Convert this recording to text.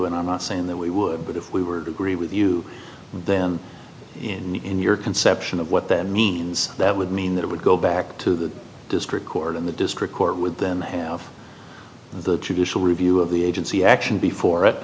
and i'm not saying that we would but if we were degree with you then in your conception of what that means that would mean that it would go back to the district court in the district court with them have the judicial review of the agency action before at